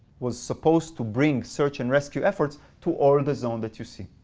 was supposed to bring search and rescue efforts to all of the zone that you see.